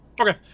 Okay